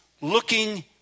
looking